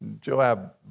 Joab